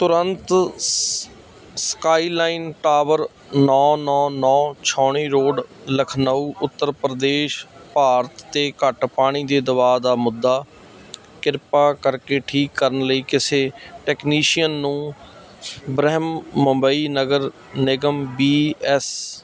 ਤੁਰੰਤ skyline tower ਨੌਂ ਨੌਂ ਨੌਂ ਛਾਉਣੀ ਰੋਡ ਲਖਨਊ ਉੱਤਰ ਪ੍ਰਦੇਸ਼ ਭਾਰਤ 'ਤੇ ਘੱਟ ਪਾਣੀ ਦੇ ਦਬਾਅ ਦਾ ਮੁੱਦਾ ਕਿਰਪਾ ਕਰਕੇ ਠੀਕ ਕਰਨ ਲਈ ਕਿਸੇ ਟੈਕਨੀਸ਼ੀਅਨ ਨੂੰ ਬ੍ਰਿਹਨਮੁੰਬਈ ਨਗਰ ਨਿਗਮ ਬੀ ਐੱਸ